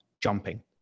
jumping